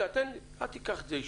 תן לי, אל תיקח את זה אישית.